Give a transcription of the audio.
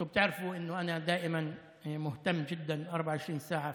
אתם יודעים שאני תמיד דואג מאוד, 24 שעות